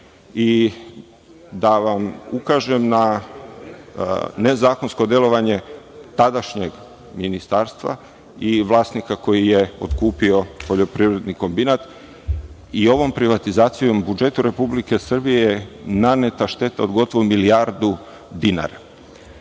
i da vam ukažem na nezakonsko delovanje tadašnjeg ministarstva i vlasnika koji je otkupio poljoprivredni kombinat i ovom privatizacijom budžeta Republike Srbije naneta je šteta od gotovo milijardu dinara.